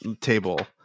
table